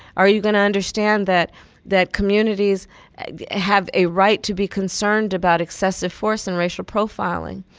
are you going to understand that that communities have a right to be concerned about excessive force and racial profiling?